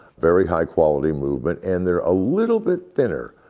very high quality movement and they're a little bit thinner.